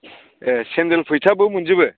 ए सेन्देल फैथाबो मोनजोबो